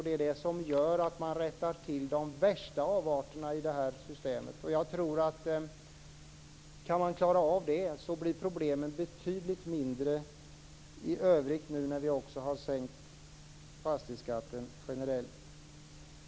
Det är det som gör att man rättar till de värsta avarterna i det här systemet. Kan man klara av det så tror jag att problemen blir betydligt mindre i övrigt nu när vi också har sänkt fastighetsskatten generellt.